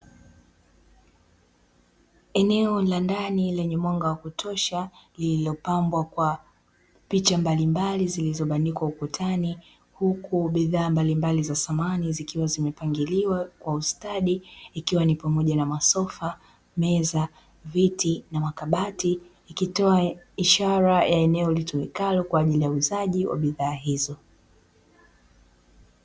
Eneo la ndani lenye mwanga wa kutosha lililopambwa kwa picha mbalimbali zilizobanikwa ukutani, huku bidhaa mbalimbali za samani zikiwa zimepangiliwa kwa ustadi, ikiwa ni pamoja na: masofa, meza, viti, na makabati; ikitoa ishara ya eneo lilitumikalo kwa ajili ya uuzaji wa bidhaa hizo.